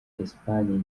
espagne